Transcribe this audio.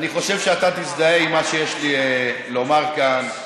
אני חושב שאתה תזדהה עם מה שיש לי לומר כאן.